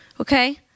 okay